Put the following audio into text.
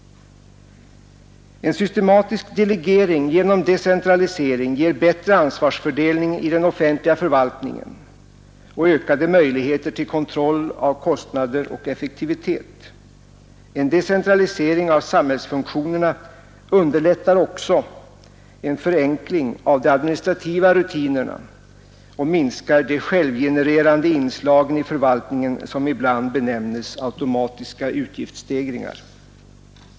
En systematisk delegering genom decentralisering ger bättre ansvarsfördelning i den offentliga förvaltningen och ökade möjligheter till kontroll av kostnader och effektivitet. En decentralisering av samhällsfunktionerna underlättar också en förenkling av de administrativa rutinerna och minskar de självgenererande inslag i förvaltningen som ibland benämnes automatiska utgiftsstegringar.